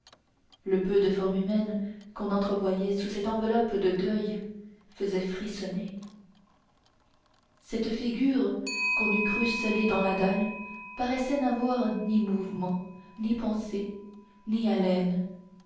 le peu de forme humaine qu'on entrevoyait sous cette enveloppe de deuil faisait frissonner cette figure qu'on eût crue scellée dans la dalle paraissait n'avoir ni mouvement ni pensée ni haleine